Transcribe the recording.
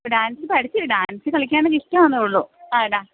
dance പഠിച്ചില്ല dance കളിക്കാൻ എനിക്ക് ഇഷ്ടമാണെന്നേ ഉള്ളു ആ ഡാ